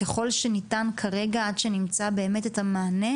ככל שניתן כרגע-עד שנמצא את המענה,